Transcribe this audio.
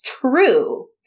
true